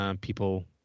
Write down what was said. People